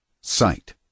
Sight